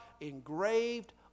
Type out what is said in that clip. engraved